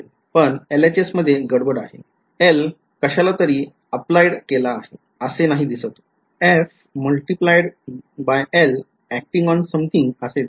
पण LHS मध्ये गडबड आहे L कशाला तरी अप्लाइड केला आहे असे नाही दिसत f multiplied by L acting on something असे दिसते